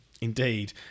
Indeed